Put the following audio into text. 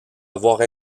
avoir